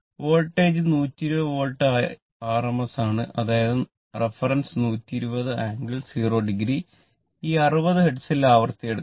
voltage 120 volt rms ആണ് അതായത് reference 120 angle 0 o ഈ 60 ഹെർട്സിൽ ആവൃത്തി എടുക്കുക